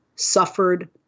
suffered